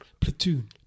platoon